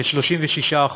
כ-36%.